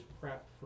prep